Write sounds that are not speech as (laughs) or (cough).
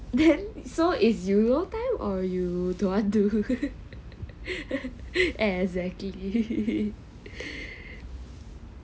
then so is you no time or you don't want do (laughs) exactly